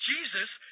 Jesus